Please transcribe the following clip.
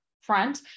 front